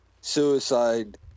suicide